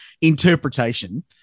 Interpretation